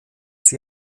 sie